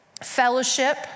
fellowship